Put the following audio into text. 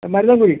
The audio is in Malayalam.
മരുതൻകുഴി